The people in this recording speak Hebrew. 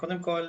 קודם כול,